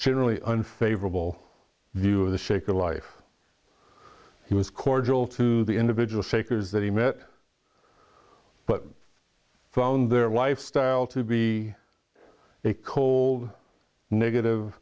generally unfavorable view of the shaker life he was cordial to the individual shakers that he met but found their lifestyle to be a cold negative